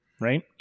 Right